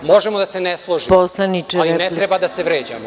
Možemo da se ne složimo, ali ne treba da se vređamo.